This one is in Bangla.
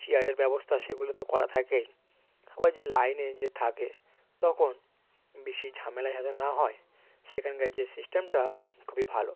চেয়ারের ব্যবস্থা সেগুলো তো করা থাকেই আবার যে লাইনে যে থাকে তখন বেশি ঝামেলা যাতে না হয় সেখানকার যে সিস্টেমটা খুবই ভালো